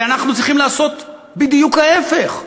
ואנחנו צריכים לעשות בדיוק ההפך.